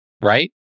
right